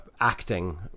acting